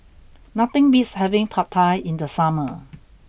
nothing beats having Pad Thai in the summer